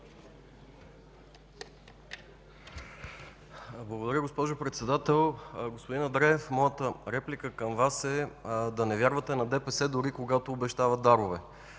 Благодаря, госпожо Председател. Господин Андреев, моята реплика към Вас е да не вярвате на ДПС, дори когато обещават дарове.